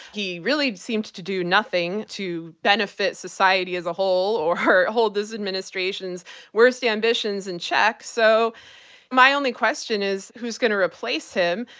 he really seemed to do nothing to benefit society as a whole or hold this administration's worst ambitions in check, so my only question is who's going to replace him.